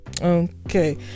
okay